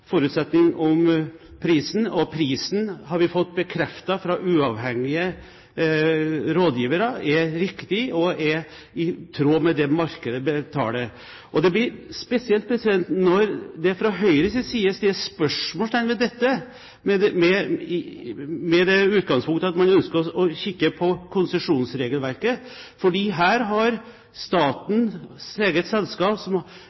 forutsetning om prisen, og prisen har vi fått bekreftet fra uavhengige rådgivere er riktig og i tråd med det markedet betaler. Det blir spesielt når det fra Høyres side settes spørsmålstegn ved dette, med det utgangspunktet at man ønsker å kikke på konsesjonsregelverket, for her har statens eget selskap, Statskog, som